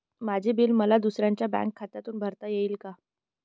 माझे बिल मला दुसऱ्यांच्या बँक खात्यातून भरता येईल का?